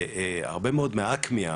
הרבה מאוד מה'אקמי',